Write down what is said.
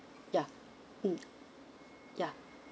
ya mm ya